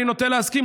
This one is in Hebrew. אני נוטה להסכים,